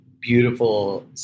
beautiful